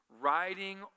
riding